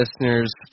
listeners